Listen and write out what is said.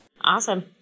Awesome